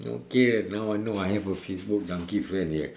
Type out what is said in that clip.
okay now I know I have a Facebook junkie friend here